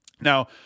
Now